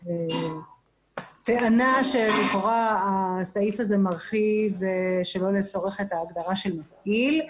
הטענה שלכאורה הסעיף הזה מרחיב שלא לצורך את ההגדרה של מפעיל.